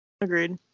Agreed